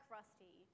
Rusty